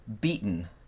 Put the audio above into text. beaten